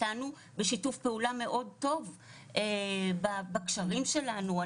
בשיתוף פעולה מאוד טוב איתנו, בקשרים שלנו.